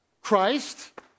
Christ